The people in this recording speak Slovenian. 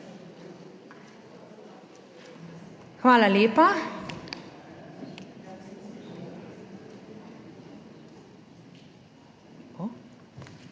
Hvala lepa.